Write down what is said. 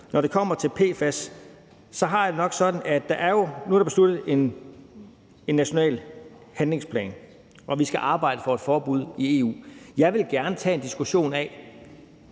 Når det kommer til PFAS, har jeg det nok sådan, at nu er der besluttet en national handlingsplan, og vi skal arbejde for et forbud i EU, og jeg ville gerne tage en diskussion om,